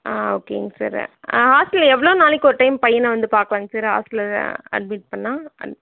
ஆ ஓகேங்க சார் ஹாஸ்டலில் எவ்வளோ நாளைக்கு ஒரு டைம் பையனை வந்து பார்க்கலாங்க சார் ஹாஸ்டலில் வந்து அட்மிட் பண்ணா அட்